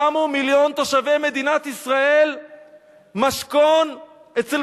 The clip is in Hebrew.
שמו מיליון תושבי מדינת ישראל משכון אצל